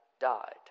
died